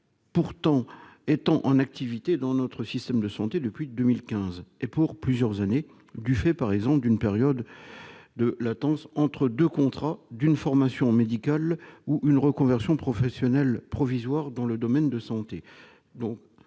pourtant en activité dans notre système de santé depuis 2015, et pour plusieurs années, du fait, par exemple, d'une période de latence entre deux contrats, d'une formation médicale ou une reconversion professionnelle provisoire dans le domaine de la santé.